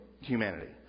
humanity